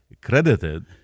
credited